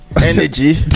energy